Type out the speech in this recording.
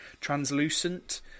translucent